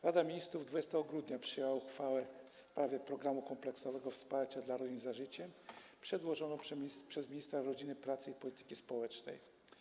Rada Ministrów 20 grudnia przyjęła uchwałę w sprawie programu kompleksowego wsparcia dla rodzin „Za życiem” przedłożoną przez ministra rodziny, pracy i polityki społecznej.